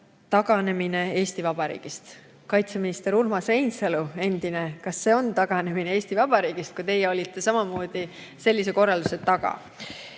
taganemine Eesti Vabariigist? Endine kaitseminister Urmas Reinsalu, kas see oli taganemine Eesti Vabariigist, kui teie olite samamoodi sellise korralduse taga?